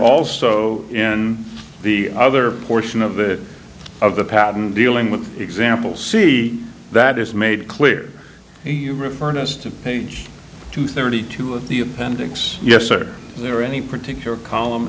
also in the other portion of the of the patent dealing with example see that is made clear you referred us to page two thirty two of the appendix yes are there any particular column